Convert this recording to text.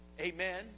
Amen